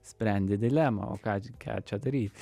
sprendi dilemą o ką ką čia daryt